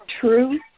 true